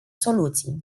soluții